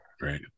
Right